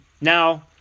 Now